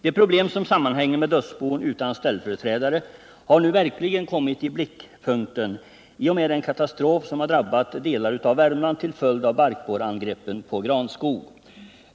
De problem som sammanhänger med dödsbon utan ställföreträdare har nu verkligen kommit i blickpunkten i och med den katastrof som har drabbat delar av Värmland till följd av barkborreangreppen på granskog.